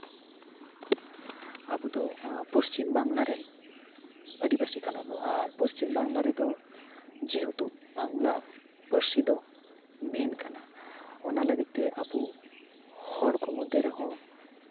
ᱟᱵᱚ ᱫᱚ ᱯᱚᱪᱷᱤᱢ ᱵᱟᱝᱞᱟ ᱨᱮᱱ ᱟᱹᱫᱤᱵᱟᱹᱥᱤ ᱠᱟᱱᱟ ᱵᱚ ᱟᱨ ᱯᱚᱪᱷᱤᱢ ᱵᱟᱝᱞᱟ ᱨᱮᱫᱚ ᱡᱮᱦᱮᱛᱩ ᱵᱟᱝᱞᱟ ᱯᱟᱹᱨᱥᱤ ᱫᱚ ᱢᱮᱱ ᱠᱟᱱᱟ ᱚᱱᱟ ᱞᱟᱹᱜᱤᱫ ᱛᱮ ᱟᱵᱚ ᱦᱚᱲ ᱠᱚ ᱢᱚᱫᱽᱫᱷᱮ ᱨᱮᱦᱚᱸ